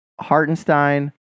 hartenstein